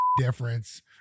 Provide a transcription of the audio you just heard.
difference